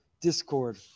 discord